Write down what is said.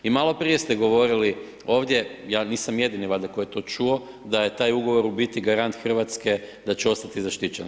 I maloprije ste govorili ovdje, ja nisam jedini valjda koji je to čuo, da je taj ugovor u biti garant Hrvatske, da će ostati zaštićeni.